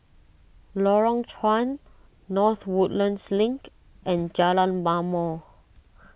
Lorong Chuan North Woodlands Link and Jalan Ma'mor